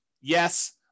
Yes